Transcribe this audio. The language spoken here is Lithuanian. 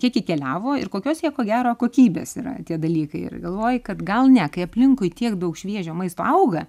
kiek jie keliavo ir kokios jie ko gero kokybės yra tie dalykai ir galvoji kad gal ne aplinkui tiek daug šviežio maisto auga